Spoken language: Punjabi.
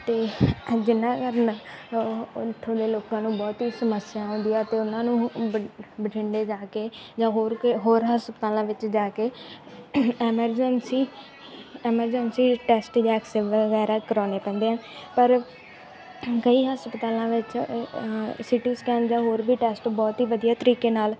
ਅਤੇ ਜਿੰਨਾ ਉੱਥੋਂ ਦੇ ਲੋਕਾਂ ਨੂੰ ਬਹੁਤ ਹੀ ਸਮੱਸਿਆ ਹੁੰਦੀ ਆ ਅਤੇ ਉਹਨਾਂ ਨੂੰ ਬ ਬਠਿੰਡੇ ਜਾ ਕੇ ਜਾਂ ਹੋਰ ਕੋ ਹੋਰ ਹਸਪਤਾਲਾਂ ਵਿੱਚ ਜਾ ਕੇ ਐਮਰਜੈਂਸੀ ਐਮਰਜੈਂਸੀ ਟੈਸਟ ਜਾਂ ਐਕਸਰੇ ਵਗੈਰਾ ਕਰਵਾਉਣੇ ਪੈਂਦੇ ਆ ਪਰ ਕਈ ਹਸਪਤਾਲਾਂ ਵਿੱਚ ਸਿਟੀ ਸਕੈਨ ਜਾਂ ਹੋਰ ਵੀ ਟੈਸਟ ਬਹੁਤ ਹੀ ਵਧੀਆ ਤਰੀਕੇ ਨਾਲ